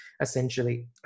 essentially